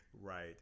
Right